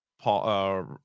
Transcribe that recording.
Paul